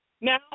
Now